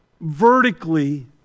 vertically